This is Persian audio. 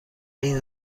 این